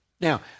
Now